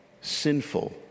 sinful